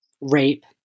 rape